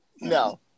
no